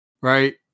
Right